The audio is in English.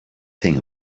thing